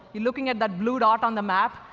you're looking at that blue dot on the map,